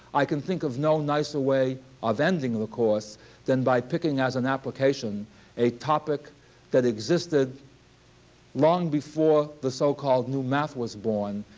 i can think of no nicer way of ending the course than by picking as an application a topic that existed long before before the so-called new math was born,